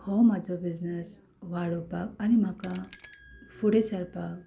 हो म्हजो बिझनस वाडोवपाक आनी म्हाका फुडें सरपाक